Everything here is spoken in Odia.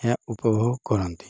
ଏହା ଉପଭୋଗ କରନ୍ତି